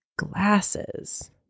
glasses